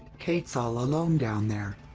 kate's all alone down there.